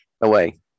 Away